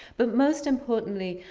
but most importantly,